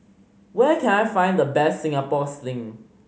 where can I find the best Singapore Sling